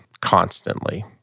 constantly